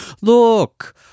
Look